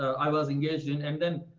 i was engaged in, and then,